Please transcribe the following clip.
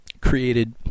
created